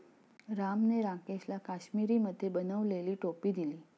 रामने राकेशला काश्मिरीमध्ये बनवलेली टोपी दिली